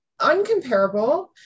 uncomparable